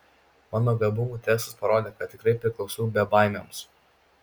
mano gabumų testas parodė kad tikrai priklausau bebaimiams